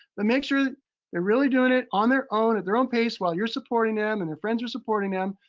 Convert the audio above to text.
but make sure that they're really doing it on their own, at their own pace while you're supporting them, and they're friends are supporting them.